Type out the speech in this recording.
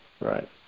Right